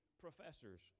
professors